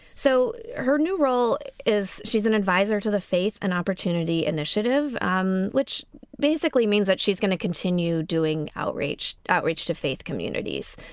so her new role is she's an adviser to the faith and opportunity initiative um which basically means that she's going to continue doing outreach outreach to faith communities.